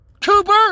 Cooper